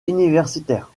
universitaire